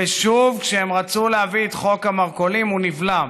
ושוב, כשהם רצו להביא את חוק המרכולים הוא נבלם.